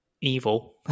evil